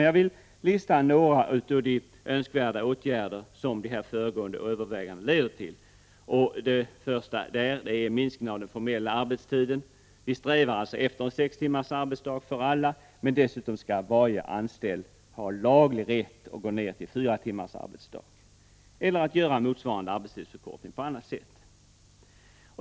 Jag vill räkna upp några av de åtgärder som de nämnda övervägandena leder till. Det första är en minskning av den formella arbetstiden. Vi strävar alltså efter sex timmars arbetsdag för alla, men dessutom skall varje anställd ha laglig rätt att gå ned till fyra timmars arbetsdag eller att göra motsvarande arbetstidsförkortning på annat sätt.